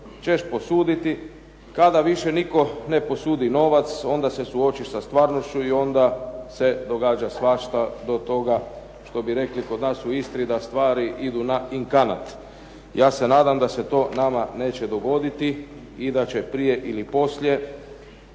ćeš posuditi. Kada više nitko ne posudi novac, onda se suočiš sa stvarnošću i onda se svašta događa do toga. Što bi rekli kod nas u Istri da stvari idu na inkanat. Ja se nadam da se to nama neće dogoditi i da će prije ili poslije